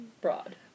broad